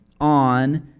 on